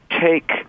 take